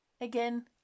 Again